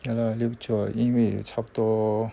ya lah 六桌因为差不多